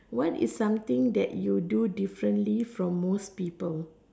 what is something that you do differently from most people